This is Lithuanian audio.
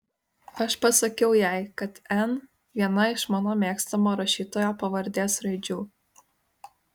aš pasakiau jai kad n viena iš mano mėgstamo rašytojo pavardės raidžių